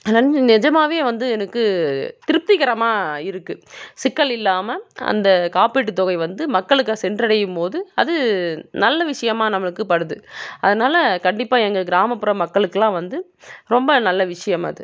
நிஜமாவே வந்து எனக்கு திருப்திகரமாக இருக்குது சிக்கல் இல்லாமல் அந்த காப்பீட்டு தொகை வந்து மக்களுக்காக சென்றடையும் போது அது நல்ல விஷயமா நம்மளுக்கு படுது அதனால் கண்டிப்பாக எங்கள் கிராமப்புற மக்களுக்கெலாம் வந்து ரொம்ப நல்ல விஷயம் அது